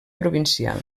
provincial